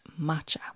matcha